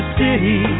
city